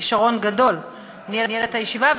שבכישרון גדול ניהל את הישיבה.